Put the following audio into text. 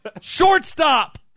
Shortstop